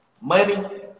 money